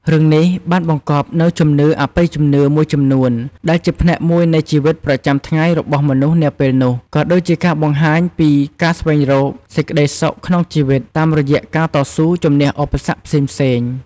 រឿងនេះបានបង្កប់នូវ ជំនឿអបិយជំនឿ មួយចំនួនដែលជាផ្នែកមួយនៃជីវិតប្រចាំថ្ងៃរបស់មនុស្សនាពេលនោះ ក៏ដូចជាការបង្ហាញពីការ ស្វែងរកសេចក្តីសុខក្នុងជីវិត តាមរយៈការតស៊ូជំនះឧបសគ្គផ្សេងៗ។